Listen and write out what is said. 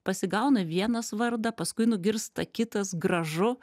pasigauna vienas vardą paskui nugirsta kitas gražu